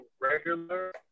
regular